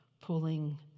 pulling